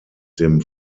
dem